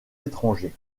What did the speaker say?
étrangers